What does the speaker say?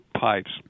pipes